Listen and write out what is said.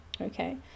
okay